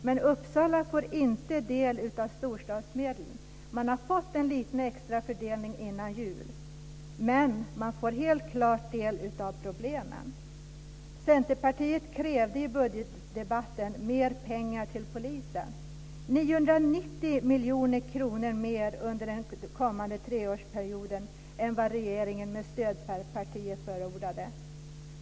Men Uppsala får inte del av storstadsmedlen, även om man har fått en liten extra tilldelning före jul. Men man får helt klart del av problemen. Centerpartiet krävde i budgetdebatten mer pengar till polisen, 990 miljoner kronor mer under den kommande treårsperioden än vad regeringen med stödpartier förordade.